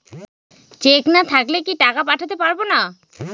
Check না থাকলে কি টাকা পাঠাতে পারবো না?